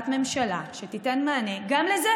ואנחנו עובדים על החלטת ממשלה שתיתן מענה גם לזה,